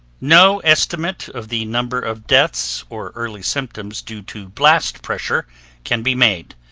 no estimate of the number of deaths or early symptoms due to blast pressure can be made.